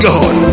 God